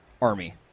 Army